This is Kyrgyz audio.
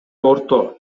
орто